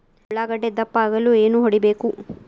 ಉಳ್ಳಾಗಡ್ಡೆ ದಪ್ಪ ಆಗಲು ಏನು ಹೊಡಿಬೇಕು?